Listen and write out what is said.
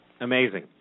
Amazing